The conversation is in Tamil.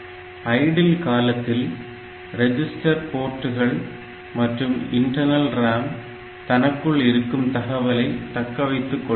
ஐடில் காலத்தில் ரெஜிஸ்டர் போர்ட்டுகள் மற்றும் இன்டர்ணல் ராம் தனக்குள் இருக்கும் தகவலை தக்கவைத்துக் கொள்கிறது